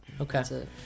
okay